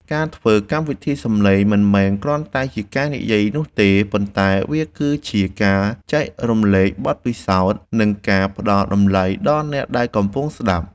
ការធ្វើកម្មវិធីសំឡេងមិនមែនគ្រាន់តែជាការនិយាយនោះទេប៉ុន្តែវាគឺជាការចែករំលែកបទពិសោធន៍ និងការផ្តល់តម្លៃដល់អ្នកដែលកំពុងស្តាប់។